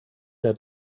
der